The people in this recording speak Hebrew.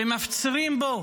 ומפצירים בו